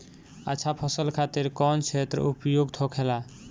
अच्छा फसल खातिर कौन क्षेत्र उपयुक्त होखेला?